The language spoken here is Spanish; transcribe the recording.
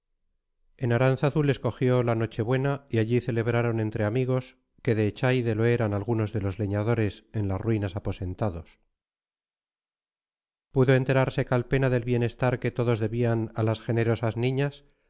en aránzazu les cogió la noche buena y allí la celebraron entre amigos que de echaide lo eran algunos de los leñadores en las ruinas aposentados pudo enterarse calpena del bienestar que todos debían a las generosas niñas y